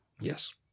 Yes